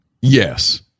Yes